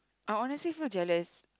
I honestly feel jealous